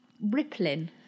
rippling